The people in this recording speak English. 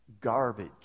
garbage